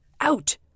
Out